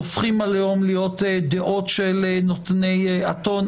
הופכות להיות היום דעות של נותני הטון,